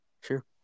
Sure